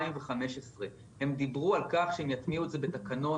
2015. הם דיברו על כך שהם יטמיעו את זה בתקנות,